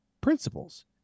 principles